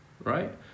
right